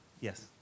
Yes